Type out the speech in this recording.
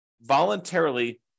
voluntarily